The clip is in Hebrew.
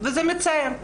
וזה מצער.